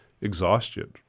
exhaustion